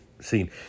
seen